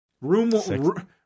Room